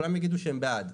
כולם הם יגידו שהם בעד,